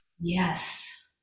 Yes